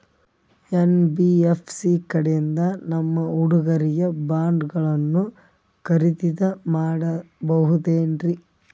NBFC ಕಡೆಯಿಂದ ನಮ್ಮ ಹುಡುಗರಿಗೆ ಬಾಂಡ್ ಗಳನ್ನು ಖರೀದಿದ ಮಾಡಬಹುದೇನ್ರಿ?